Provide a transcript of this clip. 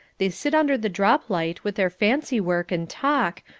they sit under the drop-light with their fancy-work and talk,